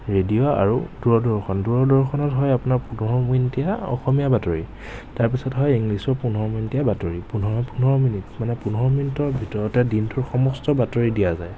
radio আৰু দূৰদৰ্শন দূৰদৰ্শনত হয় আপোনাৰ পোন্ধৰ মিনিটিয়া অসমীয়া বাতৰি তাৰ পিছত হয় ইংলিছৰ পোন্ধৰ মিনিটিয়া বাতৰি পোন্ধৰ পোন্ধৰ মিনিট মানে পোন্ধৰ মিনিটৰ ভিতৰতে দিনটোৰ সমস্ত বাতৰি দিয়া যায়